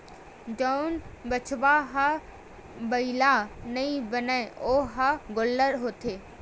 जउन बछवा ह बइला नइ बनय ओ ह गोल्लर होथे